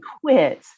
quit